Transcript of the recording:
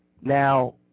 Now